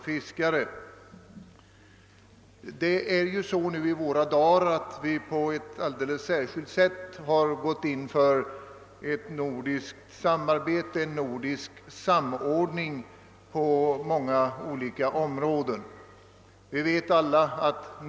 har ju i våra dagar på ett alldeles särskilt sätt gått in för nordiskt samarbete och för en nordisk samordning på många olika områden.